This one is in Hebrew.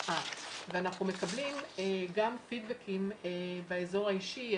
אנחנו מקבלים גם פידבקים באזור האישי,